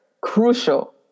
crucial